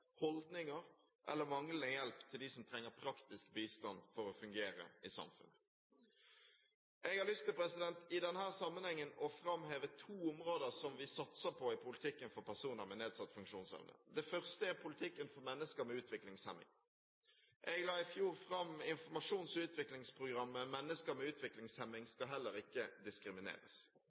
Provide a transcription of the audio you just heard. holdninger eller manglende hjelp til dem som trenger praktisk bistand for å fungere i samfunnet. Jeg har i denne sammenheng lyst til å framheve to områder som vi satser på i politikken for personer med nedsatt funksjonsevne. Det første er politikken for mennesker med utviklingshemning. Jeg la i fjor fram informasjons- og utviklingsprogrammet Mennesker med utviklingshemming skal heller ikke diskrimineres!